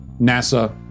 NASA